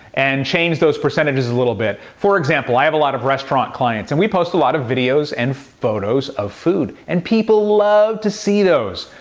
and change those percentages a little bit. for example, i have a lot of restaurant clients, and we post a lot of videos and photos of food, and people love to see those.